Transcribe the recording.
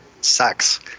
sucks